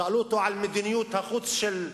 שאלו אותו על מדיניות החוץ של ממשלתו,